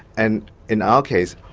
and in our case,